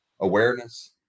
awareness